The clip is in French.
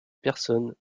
personnes